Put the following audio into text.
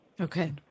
okay